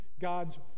God's